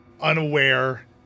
unaware